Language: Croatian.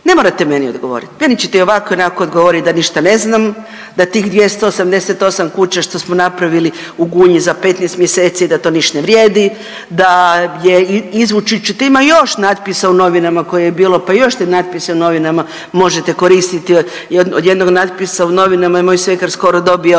Ne morate meni odgovoriti. Meni ćete i ovako ionako odgovoriti da ništa ne znam, da tih 288 kuća što smo napravili u Gunji za 15 mjeseci, da to niš ne vrijedi, da je, izvući ću, tu ima još natpisa u novinama koje je bilo pa još te natpise u novinama možete koristiti od jednog natpisa u novinama je moj svekar skoro dobio